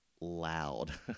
loud